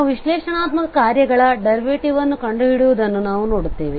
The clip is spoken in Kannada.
ನಾವು ವಿಶ್ಲೇಷಣಾತ್ಮಕ ಕಾರ್ಯಗಳಡರ್ವೆಟಿವ್ ನ್ನು ಕಂಡುಹಿಡಿಯುವುದನ್ನು ನಾವು ನೋಡುತ್ತೇವೆ